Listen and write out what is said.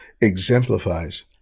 exemplifies